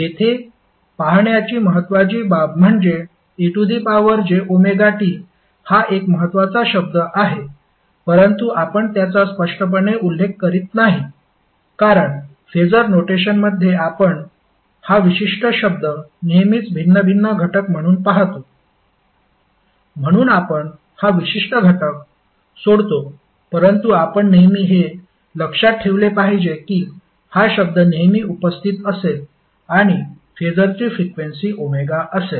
येथे पाहण्याची महत्त्वाची बाब म्हणजे ejωt हा एक महत्त्वाचा शब्द आहे परंतु आपण त्याचा स्पष्टपणे उल्लेख करत नाही कारण फेसर नोटेशनमध्ये आपण हा विशिष्ट शब्द नेहमीच भिन्न भिन्न घटक म्हणून पाहतो म्हणून आपण हा विशिष्ट घटक सोडतो परंतु आपण नेहमी हे लक्षात ठेवले पाहिजे की हा शब्द नेहमी उपस्थित असेल आणि फेसरची फ्रिक्वेन्सी ω असेल